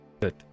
Good